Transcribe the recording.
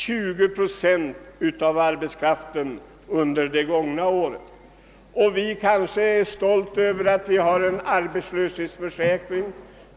20 procent av arbetskraften och därmed pressa ned arbetskraftspri set, vilket varit nödvändigt.